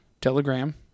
Telegram